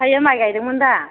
दायो माइ गायदोंमोन दा